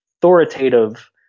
authoritative